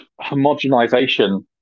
homogenization